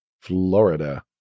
Florida